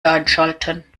einschalten